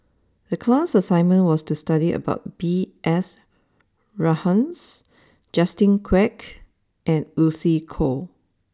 the class assignment was to study about B S Rajhans Justin Quek and Lucy Koh